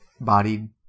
bodied